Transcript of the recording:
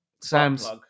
Sam's